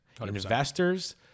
Investors